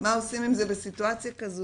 מה עושים עם זה בסיטואציה כזו?